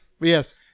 yes